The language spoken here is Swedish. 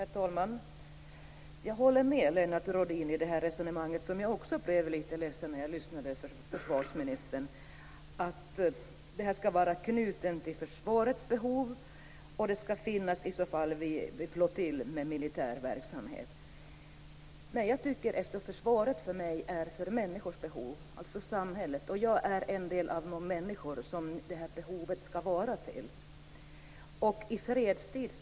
Herr talman! Jag håller med Lennart Rohdin i det här resonemanget. Jag blev också litet ledsen när jag lyssnade till försvarsministern och hörde att detta skall vara knutet till försvarets behov och att det i så fall skall finnas vid flottilj med militär verksamhet. Försvaret är för mig till för människors behov, alltså för samhällets. Jag är en av de människor som har de behoven. Det gäller speciellt i fredstid.